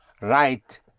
Right